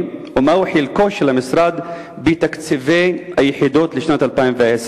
ומהו חלקו של המשרד בתקציבי היחידות לשנת 2010?